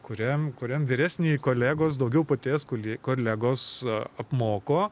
kuriam kuriam vyresni kolegos daugiau paties kuli kolegos apmoko